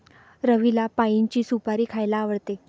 रवीला पाइनची सुपारी खायला आवडते